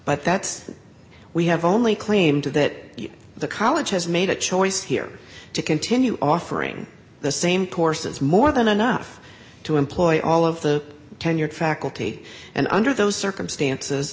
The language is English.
but that's we have only claimed that the college has made a choice here to continue offering the same courses more than enough to employ all of the tenured faculty and under those circumstances